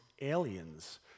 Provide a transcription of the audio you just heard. aliens